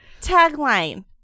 Tagline